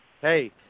hey